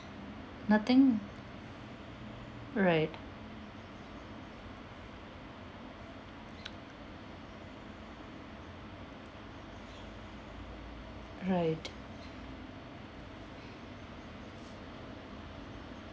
nothing right right